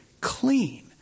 clean